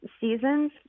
seasons